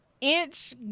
inch